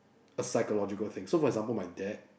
a psychological thing so for example my dad